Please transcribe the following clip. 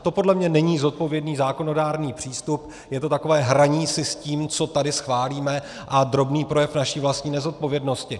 To podle mě není zodpovědný zákonodárný přístup, je to takové hraní si s tím, co tady schválíme, a drobný projev naší vlastní nezodpovědnosti.